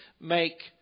make